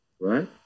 right